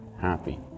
happy